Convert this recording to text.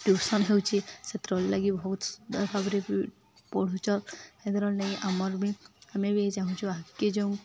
tuition ହେଉଚି ସେଥିଲାଗି ବହୁତ ସୁନ୍ଦର ଭାବରେ ବି ପଢ଼ୁଚ ସେଦର ନେଇ ଆମର ବି ଆମେ ବି ଚାହୁଁଚୁ ଆଗ୍କେ ଯାଉନ୍